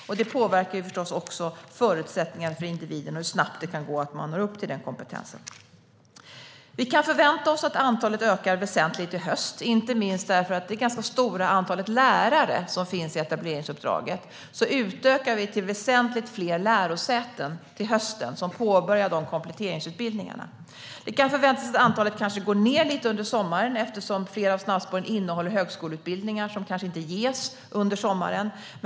Detta påverkar naturligtvis också förutsättningarna för individen och hur snabbt det kan gå att nå upp till den kompetensen. Vi kan förvänta oss att antalet ökar väsentligt i höst, inte minst därför att vi till hösten utökar till väsentligt fler lärosäten där kompletteringsutbildningarna påbörjas för det ganska stora antalet lärare som finns i etableringsuppdraget. Antalet kan förväntas gå ned lite under sommaren, eftersom flera av snabbspåren innehåller högskoleutbildningar som kanske inte ges under sommaren.